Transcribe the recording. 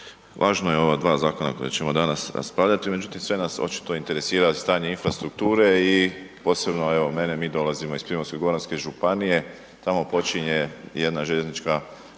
važno je ova dva zakona koja ćemo danas raspravljati, međutim sve nas očito interesira stanje infrastrukture i posebno evo mene, mi dolazimo iz Primorsko-goranske županije. Tamo počinje jedna željeznica